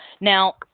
Now